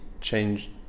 change